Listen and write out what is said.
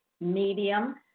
medium